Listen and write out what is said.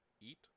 eat